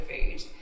food